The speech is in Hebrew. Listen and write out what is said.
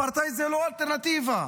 אפרטהייד זו לא אלטרנטיבה,